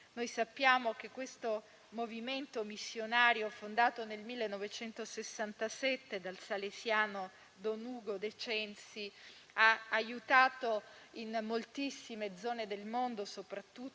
Sappiamo che questo movimento missionario, fondato nel 1967 dal salesiano don Ugo De Censi, ha aiutato, in moltissime zone del mondo, soprattutto